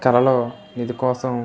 కళలో నిధికోసం